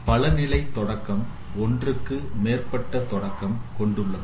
பல நிலை தொடக்கம் ஒன்றுக்கு மேற்பட்ட தொடக்கம் கொண்டுள்ளது